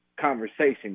conversation